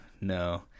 no